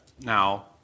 Now